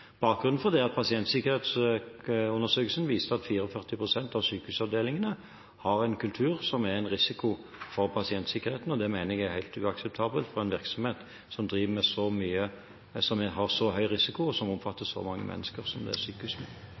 Bakgrunnen for det er at pasientsikkerhetsundersøkelsen viste at 44 pst. av sykehusavdelingene har en kultur som er en risiko for pasientsikkerheten. Det mener jeg er helt uakseptabelt for en virksomhet som driver med så mye som har så høy risiko, og som omfatter så mange mennesker som det sykehusene gjør. Replikkordskiftet er